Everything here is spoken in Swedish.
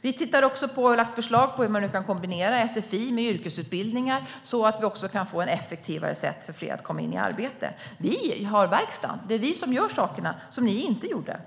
Vi har också lagt förslag på hur man kan kombinera sfi med yrkesutbildningar så att vi kan få ett effektivare sätt att komma in i arbete för fler. Vi har verkstaden. Det är vi som gör de saker ni inte gjorde.